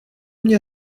mně